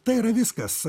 tai yra viskas